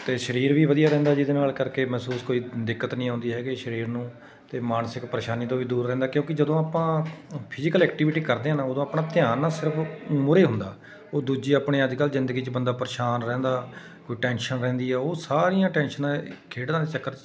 ਅਤੇ ਸਰੀਰ ਵੀ ਵਧੀਆ ਰਹਿੰਦਾ ਜਿਹਦੇ ਨਾਲ ਕਰਕੇ ਮਹਿਸੂਸ ਕੋਈ ਦਿੱਕਤ ਨਹੀਂ ਆਉਂਦੀ ਹੈਗੀ ਸਰੀਰ ਨੂੰ ਅਤੇ ਮਾਨਸਿਕ ਪਰੇਸ਼ਾਨੀ ਤੋਂ ਵੀ ਦੂਰ ਰਹਿੰਦਾ ਕਿਉਂਕਿ ਜਦੋਂ ਆਪਾਂ ਫਿਜੀਕਲ ਐਕਟੀਵਿਟੀ ਕਰਦੇ ਆ ਨਾ ਉਦੋਂ ਆਪਣਾ ਧਿਆਨ ਨਾ ਸਿਰਫ ਮੂਹਰੇ ਹੁੰਦਾ ਉਹ ਦੂਜੀ ਆਪਣੇ ਅੱਜ ਕੱਲ੍ਹ ਜ਼ਿੰਦਗੀ 'ਚ ਬੰਦਾ ਪਰੇਸ਼ਾਨ ਰਹਿੰਦਾ ਕੋਈ ਟੈਂਸ਼ਨ ਰਹਿੰਦੀ ਹੈ ਉਹ ਸਾਰੀਆਂ ਟੈਨਸ਼ਨਾਂ ਖੇਡਾਂ ਦੇ ਚੱਕਰ 'ਚ